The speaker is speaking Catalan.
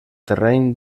terreny